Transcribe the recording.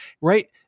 right